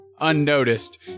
unnoticed